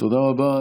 תודה רבה.